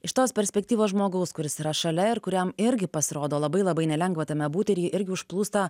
iš tos perspektyvos žmogaus kuris yra šalia ir kuriam irgi pasirodo labai labai nelengva tame būti ir jį irgi užplūsta